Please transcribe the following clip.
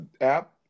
app